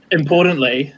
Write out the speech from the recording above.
importantly